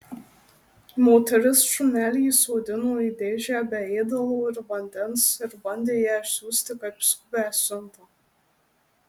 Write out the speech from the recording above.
moteris šunelį įsodino į dėžę be ėdalo ir vandens ir bandė ją išsiųsti kaip skubią siuntą